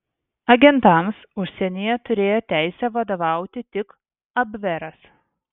agentams užsienyje turėjo teisę vadovauti tik abveras